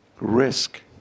risk